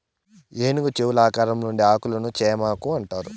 ఏనుగు చెవుల ఆకారంలో ఉండే ఆకులను చేమాకు అంటారు